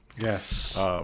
Yes